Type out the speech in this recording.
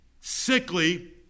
sickly